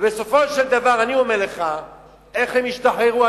בסופו של דבר, אני אומר לך איך הם השתחררו.